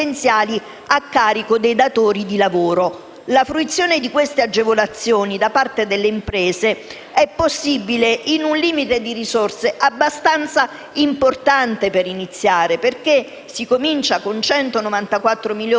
carico dei datori di lavoro. La fruizione di queste agevolazioni da parte delle imprese è possibile entro un limite di risorse abbastanza importante per iniziare: si comincia con 194 milioni di euro